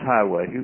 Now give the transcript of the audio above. Highway